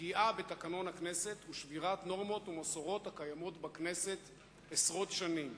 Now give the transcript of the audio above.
פגיעה בתקנון הכנסת ושבירת נורמות ומסורות הקיימות בכנסת עשרות שנים.